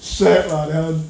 shag lah 这样